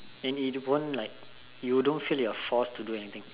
and it won't like you don't feel that you are forced to do anything